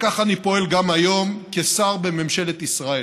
וכך אני פועל גם היום כשר בממשלת ישראל.